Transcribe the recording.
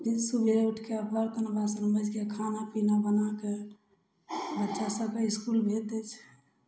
सुबेरे उठिके बर्तन बासन मैजके खाना पीना बनाके बच्चा सभके इसकुल भेज दै छियै